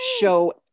show